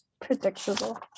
Predictable